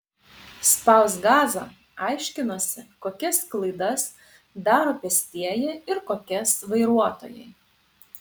spausk gazą aiškinosi kokias klaidas daro pėstieji ir kokias vairuotojai